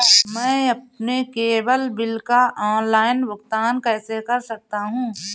मैं अपने cable bill का ऑनलाइन भुगतान कैसे कर सकता हूं?